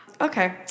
Okay